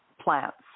plants